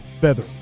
feather